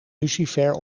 lucifer